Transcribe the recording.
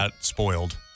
spoiled